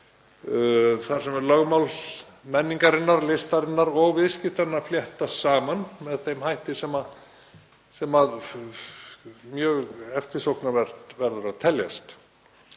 þar sem lögmál menningarinnar, listarinnar og viðskiptanna fléttast saman með þeim hætti sem mjög eftirsóknarvert verður að teljast.